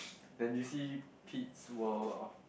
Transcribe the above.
then did you see Pete's World of